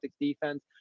defense